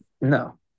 No